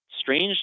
strange